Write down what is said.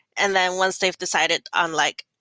and then once they've decided on like,